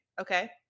Okay